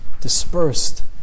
dispersed